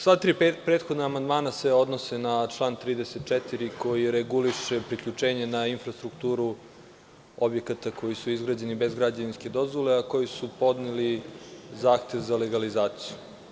Sva tri prethodna amandmana se odnose na član 34. koji reguliše priključenje na infrastrukturu objekata koji su izgrađeni bez građevinske dozvole a koji su podneli zahtev za legalizaciju.